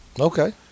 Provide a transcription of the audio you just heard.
Okay